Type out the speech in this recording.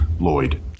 Lloyd